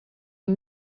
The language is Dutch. een